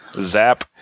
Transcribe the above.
zap